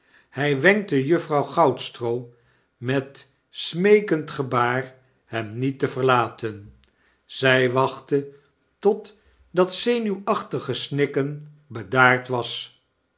hy wenkte juffrouw goudstroo met smeekend gebaar hem niet te verlaten zij wachtte tot dat zenuwachtige snikken bedaard was